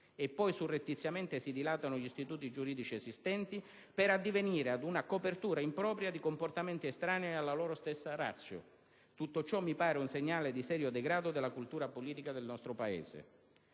e poi surrettiziamente si dilatano gli istituti giuridici esistenti, per addivenire ad una copertura impropria di comportamenti estranei alla loro stessa *ratio*. Tutto ciò mi pare un segnale di serio degrado della cultura politica del nostro Paese.